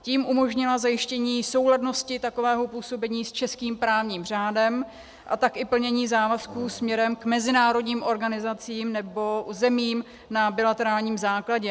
Tím umožnila zajištění souladnosti takového působení s českým právním řádem, a tak i plnění závazků směrem k mezinárodním organizacím nebo zemím na bilaterálním základě.